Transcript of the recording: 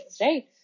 right